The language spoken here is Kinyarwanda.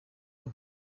ubu